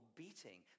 beating